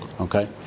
Okay